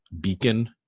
beacon